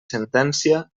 sentència